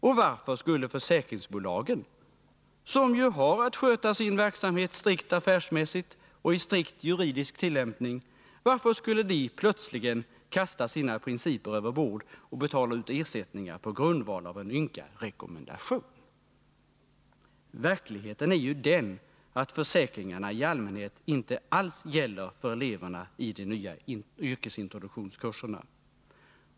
Och varför skulle försäkringsbolagen, som ju har att sköta sin verksamhet strikt affärsmässigt och med strikt juridisk tillämpning, plötsligt kasta sina principer över bord och betala ut ersättningar på grundval av en ynka rekommendation? Verkligheten är den att försäkringarna i allmänhet inte alls gäller för eleverna i de nya yrkesintroduktionskurserna.